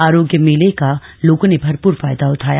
आरोग्य मेले का लोगों ने भरपूर फायदा उठाया